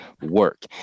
work